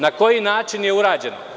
Na koji način je ovo urađeno?